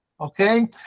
Okay